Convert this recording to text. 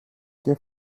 και